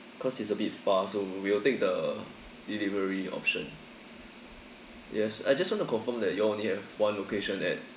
cause it's a bit far so we'll take the delivery option yes I just want to confirm that you all only have one location at